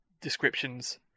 descriptions